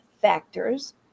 factors